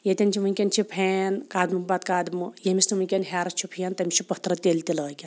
ییٚتٮ۪ن چھِ وٕنۍکٮ۪ن چھِ پھین قدمہٕ پَتہٕ قدمہٕ ییٚمِس نہٕ وٕنۍکٮ۪ن ہیٚرٕ چھُ پھین تٔمِس چھُ پتھرٕ تیٚلہِ تہِ لٲگِتھ